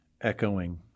echoing